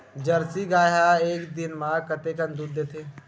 Jersey गाय ह एक दिन म कतेकन दूध देथे?